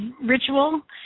ritual